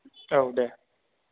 औ दे